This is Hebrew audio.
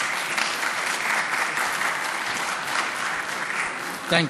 (מחיאות כפיים) תודה